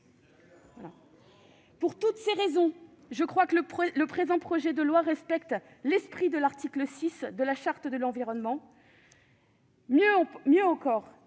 Pour toutes ces raisons, je crois que le présent projet de loi respecte l'esprit de l'article 6 de la Charte de l'environnement. Mieux encore,